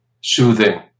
soothing